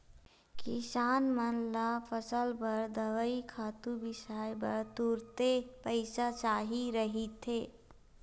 किसान मन ल फसल बर दवई, खातू बिसाए बर तुरते पइसा चाही रहिथे